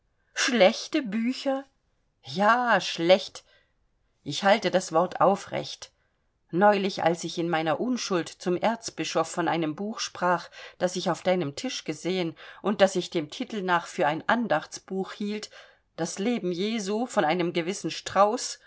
schlechte bücher ja schlecht ich halte das wort aufrecht neulich als ich in meiner unschuld zum erzbischof von einem buch sprach das ich auf deinem tisch gesehen und das ich dem titel nach für ein andachtsbuch hielt das leben jesu von einem gewissen strauß